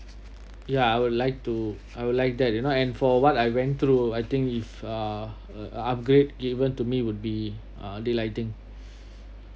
ya I would like to I would like that you know and for what I went through I think if uh upgrade given to me would be uh delighting